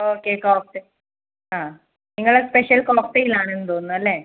okay cocktail ആ നിങ്ങളുടെ special cocktail ആണ് എന്ന് തോന്നുന്നു അല്ലേ